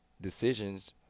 decisions